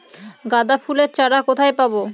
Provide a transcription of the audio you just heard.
গাঁদা ফুলের চারা কোথায় পাবো?